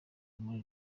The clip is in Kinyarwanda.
muri